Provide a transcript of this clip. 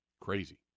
Crazy